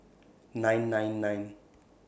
nine nine nine